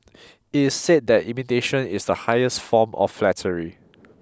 it's said that imitation is the highest form of flattery